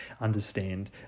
understand